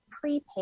prepaid